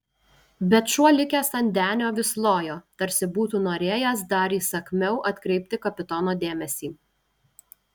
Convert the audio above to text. bet šuo likęs ant denio vis lojo tarsi būtų norėjęs dar įsakmiau atkreipti kapitono dėmesį